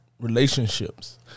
relationships